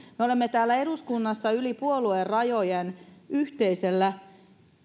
me olemme täällä eduskunnassa yli puoluerajojen yhteisellä